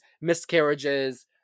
miscarriages